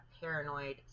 paranoid